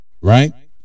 right